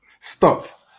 stop